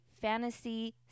fantasy